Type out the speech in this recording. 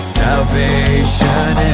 salvation